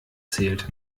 zählt